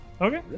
Okay